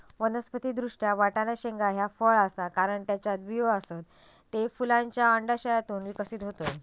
वनस्पति दृष्ट्या, वाटाणा शेंगा ह्या फळ आसा, कारण त्येच्यात बियो आसत, ते फुलांच्या अंडाशयातून विकसित होतत